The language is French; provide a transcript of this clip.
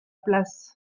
place